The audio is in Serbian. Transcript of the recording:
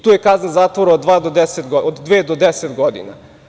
To je kazna zatvora od dve do 10 godina.